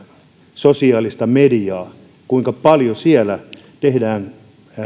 sosiaalista mediaa niin siellä paljon tehdään